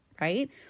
right